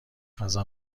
غذا